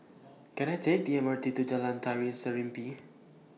Can I Take The M R T to Jalan Tari Serimpi